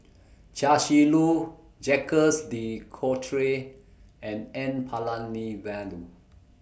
Chia Shi Lu Jacques De Coutre and N Palanivelu